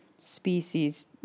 species